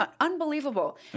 Unbelievable